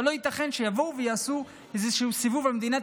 אבל לא ייתכן שיבואו ויעשו איזשהו סיבוב על מדינת